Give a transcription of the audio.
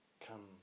come